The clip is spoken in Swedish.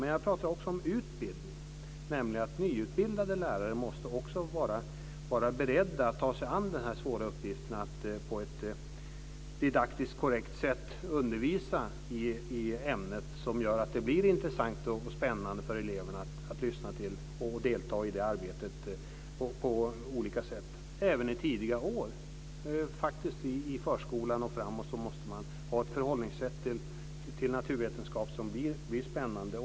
Men jag talade också om utbildning, och även nyutbildade lärare måste vara beredda att ta sig an den svåra uppgiften att på ett didaktiskt korrekt sätt undervisa i ämnena så att det blir intressant och spännande för eleverna att lyssna och att på olika sätt delta i arbetet. Även i tidiga år, från förskolan och framåt, måste man ha ett förhållningssätt till naturvetenskap som upplevs som spännande.